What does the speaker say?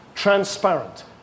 transparent